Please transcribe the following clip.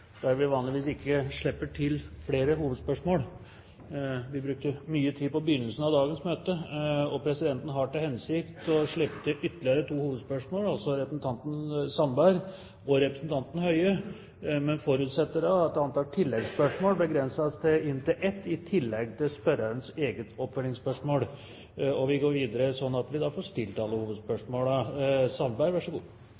vi vanligvis ikke slipper til flere hovedspørsmål. Vi brukte mye tid i begynnelsen av dagens møte, og presidenten har til hensikt å slippe til ytterligere to hovedspørsmål, fra representanten Per Sandberg og fra representanten Bent Høie. Men presidenten forutsetter da at antall oppfølgingsspørsmål begrenses til inntil ett, i tillegg til spørrerens eget tilleggsspørsmål, slik at vi